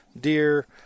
deer